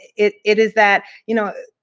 it it is that, you know